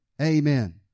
Amen